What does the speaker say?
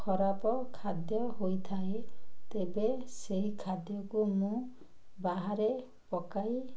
ଖରାପ ଖାଦ୍ୟ ହୋଇଥାଏ ତେବେ ସେହି ଖାଦ୍ୟକୁ ମୁଁ ବାହାରେ ପକାଇ